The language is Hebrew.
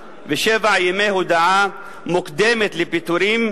7. ימי הודעה מוקדמת לפיטורין,